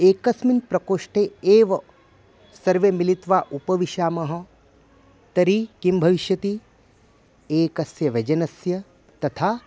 एकस्मिन् प्रकोष्ठे एव सर्वे मिलित्वा उपविशामः तर्हि किं भविष्यति एकस्य व्यजनस्य तथा